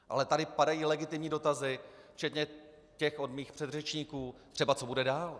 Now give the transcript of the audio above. Ale tady padají legitimní dotazy, včetně těch od mých předřečníků, třeba co bude dál.